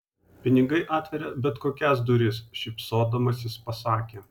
pinigai atveria bet kokias duris šypsodamasis pasakė